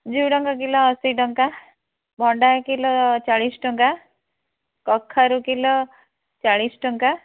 ଝୁଡ଼ଙ୍ଗ କିଲୋ ଅଶୀ ଟଙ୍କା ଭଣ୍ଡା କିଲୋ ଚାଳିଶ ଟଙ୍କା କଖାରୁ କିଲୋ ଚାଳିଶ ଟଙ୍କା